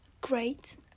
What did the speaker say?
Great